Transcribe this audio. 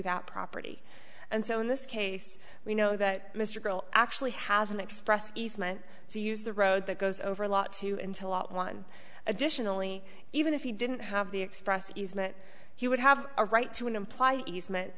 that property and so in this case we know that mr girl actually has an express easement to use the road that goes over a lot too into lot one additionally even if he didn't have the express easement he would have a right to imply easement